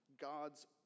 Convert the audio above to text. God's